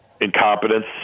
incompetence